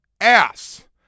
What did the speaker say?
ass